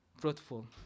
fruitful